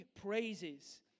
praises